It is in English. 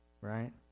right